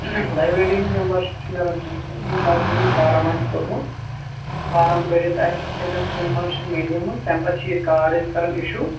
library ہٕنٛز membership چھِ میلان تٔمۍسٕے یٔمۍ لایبٔریری فارم آسہِ کوٚرمُت فارم بٔرِتھ آسہِ أمِس میٚمبَر شِپ میلیمٕژ تَمہِ پَتہٕ چھِ ییٚلہِ کارڈ کَران أسۍ اِشوٗ